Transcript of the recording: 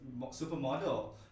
supermodel